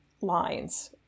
lines